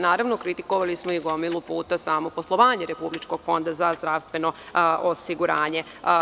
Naravno, kritikovali smo i gomilu puta samo poslovanje Republičkog fonda za zdravstveno osiguranje.